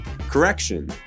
correction